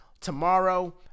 Tomorrow